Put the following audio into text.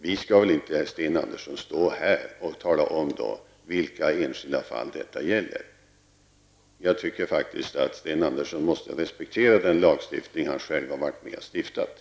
Vi skall väl inte, Sten Andersson i Malmö, stå här och tala om vilka enskilda fall detta gäller. Jag tycker faktiskt att Sten Andersson måste respektera den lagstiftning han själv varit med om att stifta.